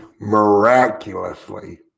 miraculously